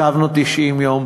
ישבנו 90 יום,